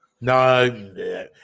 No